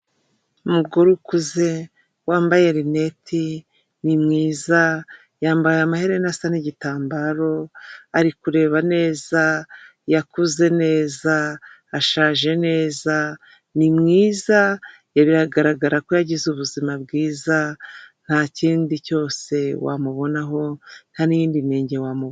Umugore ukuze wambaye rineti ni mwiza yambaye amaherena asa ni'gitambaro, ari kureba neza yakuze neza, ashaje neza ni mwiza biragaragara ko yagize ubuzima bwiza, ntakindi cyose wamubonaho ntaniyindi nenge wamubo.